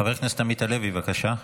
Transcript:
חבר הכנסת עמית הלוי, בבקשה.